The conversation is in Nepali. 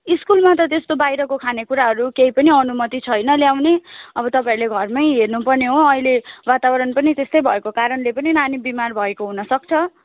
स्कुलमा त त्यस्तो बाहिरको खाने कुराहरू केही पनि अनुमति छैन ल्याउने अब तपाईँहरूले घरमै हेर्नुपर्ने हो अहिले वातावरण पनि त्यस्तै भएको कारणले पनि नानी बिमार भएको हुनुसक्छ